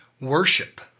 worship